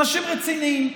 אנשים רציניים,